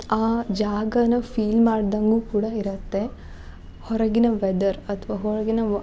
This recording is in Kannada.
ಆ ಜಾಗನ ಫೀಲ್ ಮಾಡ್ದಂಗೂ ಕೂಡ ಇರುತ್ತೆ ಹೊರಗಿನ ವೆದರ್ ಅಥ್ವಾ ಹೊರಗಿನ